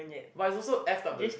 but it also F up the